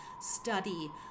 study